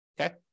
okay